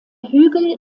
hügel